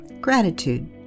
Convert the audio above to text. Gratitude